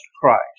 Christ